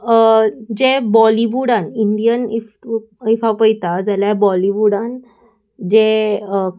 जे बॉलिवुडान Indian if तूं if हांव पयता जाल्या बॉलिवुडान जे